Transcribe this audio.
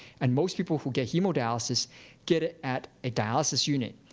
and most people who get hemodialysis get it at a dialysis unit.